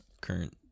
current